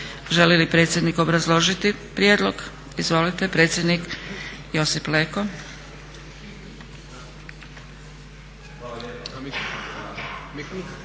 Želi li predsjednik obrazložiti prijedlog? Izvolite, predsjednik Josip Leko.